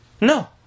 No